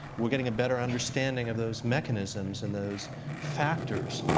we're getting a better understanding of those mechanisms and those factors.